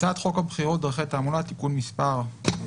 "הצעת חוק הבחירות (דרכי תעמולה) (תיקון מס' ...)